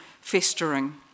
festering